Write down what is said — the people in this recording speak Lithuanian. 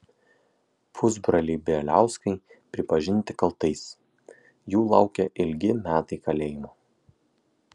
pusbroliai bieliauskai pripažinti kaltais jų laukia ilgi metai kalėjimo